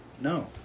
no